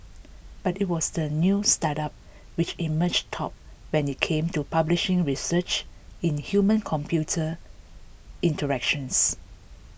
but it was the new startup which emerged top when it came to publishing research in human computer interactions